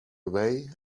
away